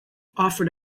offered